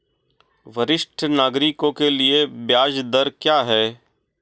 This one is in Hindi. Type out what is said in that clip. वरिष्ठ नागरिकों के लिए ब्याज दर क्या हैं?